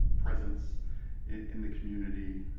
presence in the community,